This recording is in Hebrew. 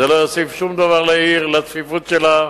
זה לא יוסיף שום דבר לעיר, לצפיפות שלה,